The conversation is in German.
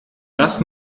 das